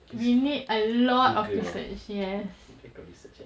is Google eh got research uh